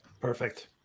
Perfect